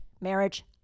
marriage